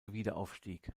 wiederaufstieg